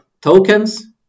tokens